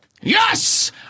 Yes